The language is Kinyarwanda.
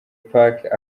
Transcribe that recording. pac